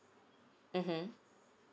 mmhmm